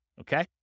Okay